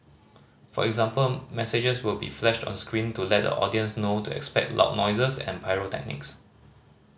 for example messages will be flashed on screen to let the audience know to expect loud noises and pyrotechnics